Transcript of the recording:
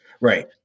Right